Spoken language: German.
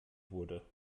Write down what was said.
wurde